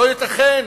לא ייתכן